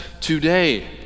today